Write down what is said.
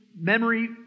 Memory